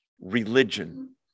religion